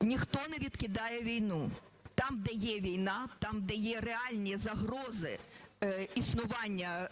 Ніхто не відкидає війну. Там, де є війна, там, де є реальні загрози існування